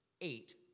eight